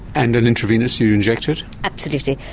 and and intravenous, you inject it? absolutely,